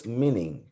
meaning